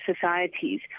societies